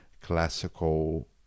classical